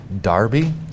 Darby